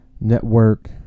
network